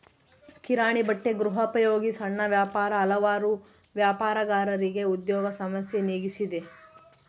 ಕಿರಾಣಿ ಬಟ್ಟೆ ಗೃಹೋಪಯೋಗಿ ಸಣ್ಣ ವ್ಯಾಪಾರ ಹಲವಾರು ವ್ಯಾಪಾರಗಾರರಿಗೆ ಉದ್ಯೋಗ ಸಮಸ್ಯೆ ನೀಗಿಸಿದೆ